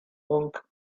monk